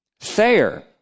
Thayer